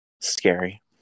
scary